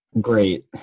Great